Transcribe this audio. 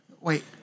Wait